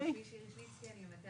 אני ממטה